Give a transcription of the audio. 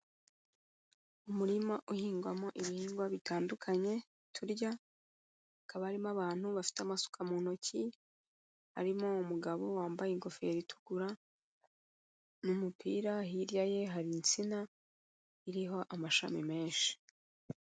Umurima uhingwamo ibihingwa bitandukanye turya, hakaba harimo abantu bafite amasuka mu ntoki, harimo umugabo wambaye ingofero itukura n'umupira, hirya ye hari insina iriho amashami menshi.